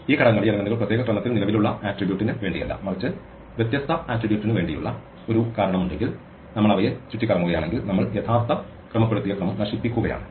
ഈ ഘടകങ്ങൾ പ്രത്യേക ക്രമത്തിൽ നിലവിലുള്ള ആട്രിബ്യൂട്ടിന് വേണ്ടിയല്ല മറിച്ച് വ്യത്യസ്ത ആട്രിബ്യൂട്ടിന് വേണ്ടിയുള്ള ഒരു കാരണമുണ്ടെങ്കിൽ നമ്മൾ അവയെ ചുറ്റിക്കറങ്ങുകയാണെങ്കിൽ നമ്മൾ യഥാർത്ഥ ക്രമപ്പെടുത്തിയ ക്രമം നശിപ്പിക്കുകയാണ്